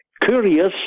curious